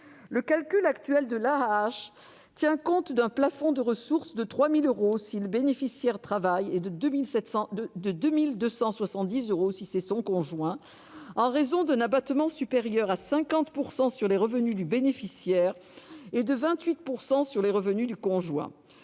Le calcul actuel de l'AAH tient compte d'un plafond de ressources de 3 000 euros, si le bénéficiaire travaille, et de 2 270 euros, si c'est son conjoint, en raison d'un abattement supérieur à 50 % sur les revenus du bénéficiaire et de 28 % sur les revenus du conjoint.